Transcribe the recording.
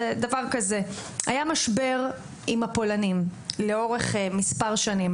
זה דבר כזה: היה משבר עם הפולנים לאורך מספר שנים.